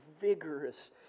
vigorous